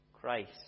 Christ